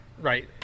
right